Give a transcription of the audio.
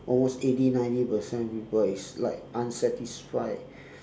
almost eighty ninety percent people is like unsatisfied